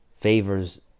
favors